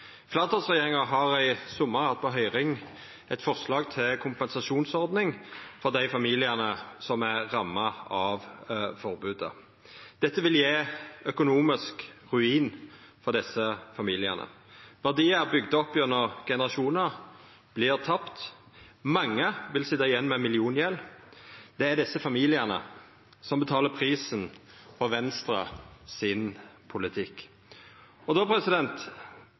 Fleirtalsregjeringa har i sommar hatt ute på høyring eit forslag til kompensasjonsordning for dei familiane som er ramma av forbodet. Dette vil bety økonomisk ruin for desse familiane. Verdiar som er bygde opp gjennom generasjonar, vert tapte. Mange vil sitja igjen med milliongjeld. Det er desse familiane som betalar prisen for politikken til Venstre.